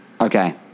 Okay